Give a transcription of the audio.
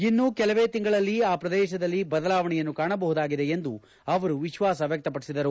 ಇನ್ನು ಕೆಲವೇ ತಿಂಗಳಲ್ಲಿ ಆ ಪ್ರದೇಶಗಳಲ್ಲಿ ಬದಲಾವಣೆಯನ್ನು ಕಾಣಬಹುದಾಗಿದೆ ಎಂದು ಅವರು ವಿಶ್ವಾಸ ವ್ಯಕ್ತಪಡಿಸಿದರು